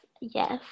Yes